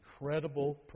incredible